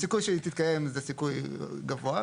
הסיכוי שהיא תתקיים זה סיכוי גבוה,